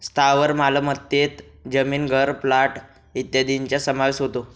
स्थावर मालमत्तेत जमीन, घर, प्लॉट इत्यादींचा समावेश होतो